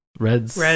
reds